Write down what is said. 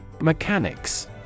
Mechanics